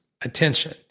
attention